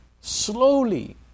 slowly